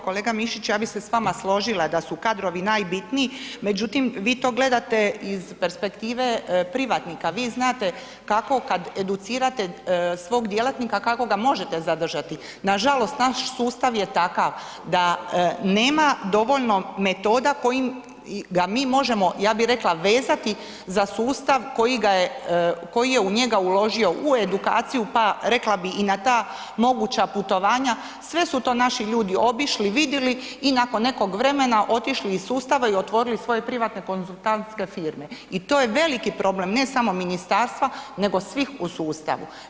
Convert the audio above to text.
Kolega Mišić, ja bi se s vama složila da su kadrovi najbitniji, međutim, vi to gledate iz perspektive privatnika, vi znate kako kad educirate svog djelatnika, kako ga možete zadržati, nažalost, naš sustav je takav da nema dovoljno metoda kojim ga mi možemo, ja bi rekla, vezati za sustav koji je u njega uložio u edukaciju, pa rekla bi i na ta moguća putovanja, sve su to naši ljudi obišli, vidjeli i nakon nekog vremena otišli iz sustava i otvorili svoje privatne konzultantske firme i to je veliki problem, ne samo ministarstva, nego svih u sustavu.